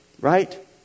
Right